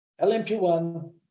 LMP1